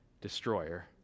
destroyer